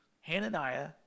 Hananiah